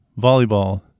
volleyball